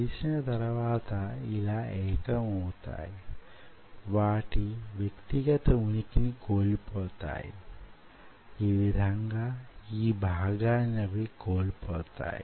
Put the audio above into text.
కలిసిన తరువాత ఇలా ఏకం అవుతాయి వాటి వ్యక్తిగత వునికిని కోల్పోతాయి ఈ విధంగా ఈ భాగాన్ని అవి కోల్పోతాయి